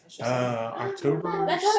October